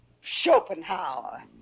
Schopenhauer